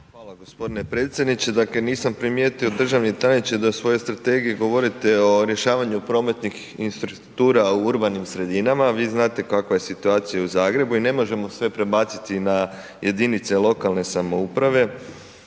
Hvala g. predsjedniče. Dakle, nisam primijetio državni tajniče da u svojoj strategiji govorite o rješavanju prometnih infrastruktura u urbanim sredinama, vi znate kakva je situacija u Zagrebu i ne možemo sve prebaciti na jedinice lokalne samouprave.